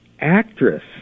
actress